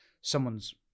Someone's